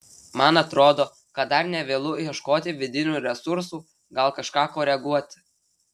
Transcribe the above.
man atrodo kad dar ne vėlu ieškoti vidinių resursų gal kažką koreguoti